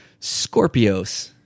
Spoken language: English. Scorpios